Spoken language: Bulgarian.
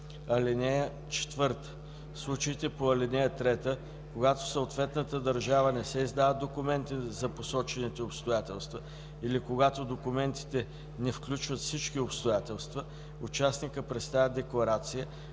(4) В случаите по ал. 3, когато в съответната държава, не се издават документи за посочените обстоятелства или когато документите не включват всички обстоятелства, участникът представя декларация,